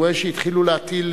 אני רואה שהתחילו להטיל,